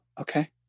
okay